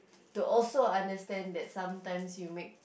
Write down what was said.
to also understand that sometimes you make